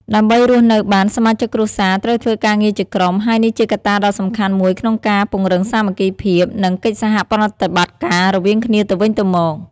ដើម្បីរស់នៅបាន សមាជិកគ្រួសារត្រូវធ្វើការងារជាក្រុម ហើយនេះជាកត្តាដ៏សំខាន់មួយក្នុងការ ពង្រឹងសាមគ្គីភាព និង កិច្ចសហប្រតិបត្តិការ រវាងគ្នាទៅវិញទៅមក។